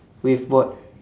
waveboard